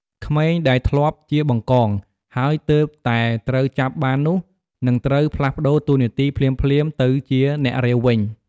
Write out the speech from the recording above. ក្មេងដែលធ្លាប់ជា បង្កង ហើយទើបតែត្រូវចាប់បាននោះ នឹងត្រូវ ផ្លាស់ប្តូរតួនាទីភ្លាមៗ ទៅជា អ្នករាវ វិញ។